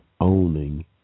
owning